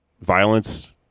violence